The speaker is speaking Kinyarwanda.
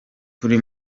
buri